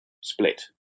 split